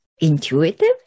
intuitive